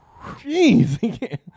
jeez